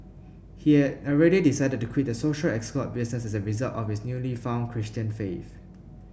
he had already decided to quit the social escort business as a result of his newly found Christian faith